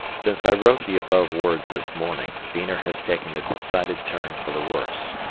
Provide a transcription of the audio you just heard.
since i wrote the above words this morning, wiener has taken a decided turn for the worse.